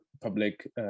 public